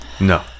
No